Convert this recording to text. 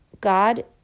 God